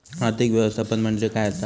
आर्थिक व्यवस्थापन म्हणजे काय असा?